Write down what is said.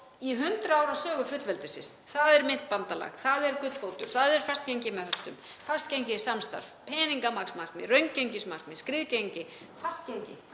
í 100 ára sögu fullveldisins. Það er myntbandalag, það er gullfótur, það er fastgengi með höftum, fastgengissamstarf, peningamagnsmarkmið, raungengismarkmið, skriðgengi, fastgengi,